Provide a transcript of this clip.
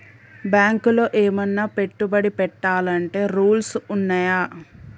బ్యాంకులో ఏమన్నా పెట్టుబడి పెట్టాలంటే రూల్స్ ఉన్నయా?